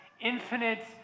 infinite